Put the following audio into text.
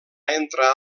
entrar